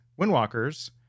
windwalkers